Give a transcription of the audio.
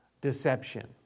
deception